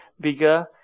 bigger